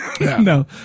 No